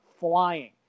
Flying